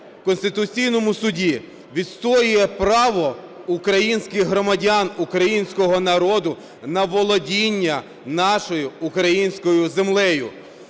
в Конституційному Суді, відстоює право українських громадян, українського народу на володіння нашою українською землею.